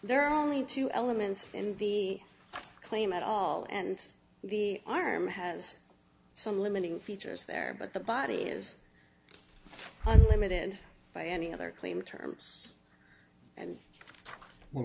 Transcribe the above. are only two elements in the claim at all and the arm has some limiting features there but the body is limited by any other claim terms and w